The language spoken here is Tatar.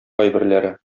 кайберләре